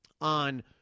on